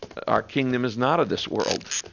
our kingdom is not of this world.